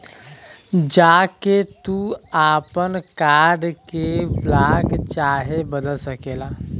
जा के तू आपन कार्ड के ब्लाक चाहे बदल सकेला